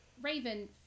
Raven